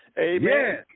Amen